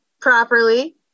properly